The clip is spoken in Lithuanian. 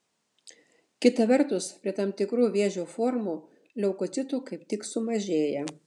kita vertus prie tam tikrų vėžio formų leukocitų kaip tik sumažėja